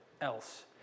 else